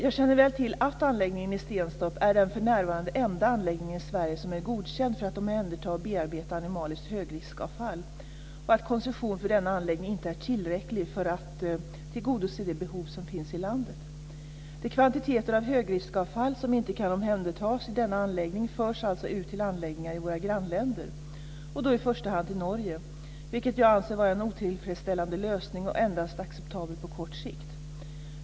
Jag känner väl till att anläggningen i Stenstorp är den för närvarande enda anläggning i Sverige som är godkänd för att omhänderta och bearbeta animaliskt högriskavfall, och att koncessionen för denna anläggning inte är tillräcklig för att tillgodose de behov som finns i landet. De kvantiteter av högriskavfall som inte kan omhändertas i denna anläggning förs alltså ut till anläggningar i våra grannländer, och då i första hand till Norge, vilket jag anser vara en otillfredsställande lösning, och endast acceptabel på kort sikt.